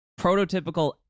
prototypical